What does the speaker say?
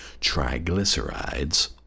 triglycerides